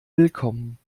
willkommen